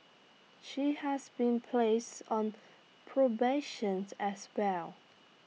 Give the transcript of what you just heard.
she has been place on probations as well